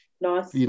Nice